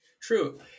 True